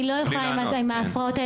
אני לא יכולה עם ההפרעות האלה,